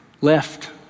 left